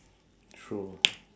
true